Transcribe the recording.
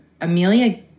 Amelia